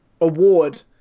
award